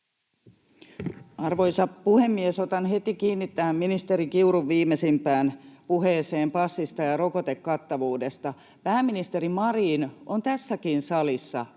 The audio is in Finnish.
Arvoisa puhemies! Otan heti kiinni tähän ministeri Kiurun viimeisimpään puheeseen passista ja rokotekattavuudesta. Pääministeri Marin on tässäkin salissa